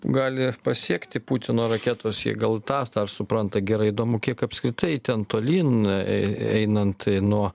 gali pasiekti putino raketos jie gal tą tą supranta gerai įdomu kiek apskritai ten tolyn einant nuo